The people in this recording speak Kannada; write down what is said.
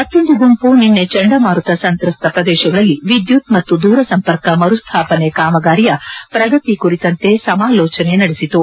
ಮತ್ತೊಂದು ಗುಂಪು ನಿನ್ನೆ ಚಂಡಮಾರುತ ಸಂತ್ರಸ್ತ ಪ್ರದೇಶಗಳಲ್ಲಿ ವಿದ್ಯುತ್ ಮತ್ತು ದೂರಸಂಪರ್ಕ ಮರುಸ್ಥಾಪನೆ ಕಾಮಗಾರಿಯ ಪ್ರಗತಿ ಕುರಿತಂತೆ ಸಮಾಲೋಚನೆ ನಡೆಸಿತು